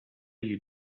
you